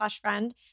friend